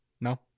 No